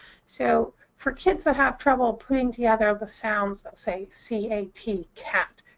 so for kids that have trouble putting together the sounds, let's say, c a t, cat,